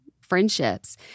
friendships